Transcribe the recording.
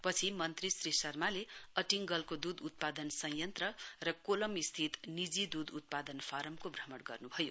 पछि मन्त्री श्री शर्माले अटिङ्गलको दुध उत्पादन संयन्त्र र कोलम स्थित निजि दुध उत्पादन फारमको भ्रमण गर्नुभयो